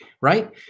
right